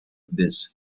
this